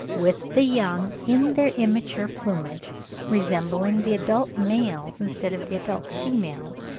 with the young in their immature plumage resembling the adult males instead of the adult females,